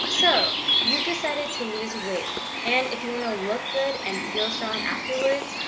so, you've decided to lose weight, and if you wanna look good and feel strong afterwards,